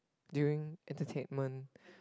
during entertainment